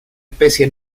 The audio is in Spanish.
especie